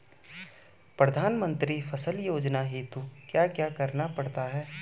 प्रधानमंत्री फसल योजना हेतु क्या क्या करना पड़ता है?